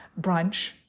brunch